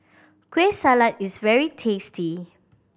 Kueh Salat is very tasty